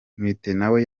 mwitenawe